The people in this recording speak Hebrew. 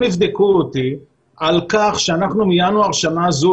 אם יבדקו אותי על כך שאנחנו מינואר שנה זו